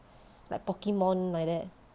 like pokemon like that